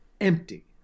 empty